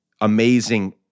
amazing